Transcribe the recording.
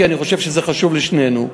כי אני חושב שזה חשוב לשנינו.